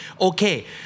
Okay